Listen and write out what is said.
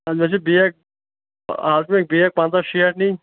مےٚ چھِ بیگ آسن مےٚ بیگ پنٛژاہ شیٹھ نِنۍ